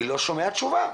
אני לא שומע תשובה.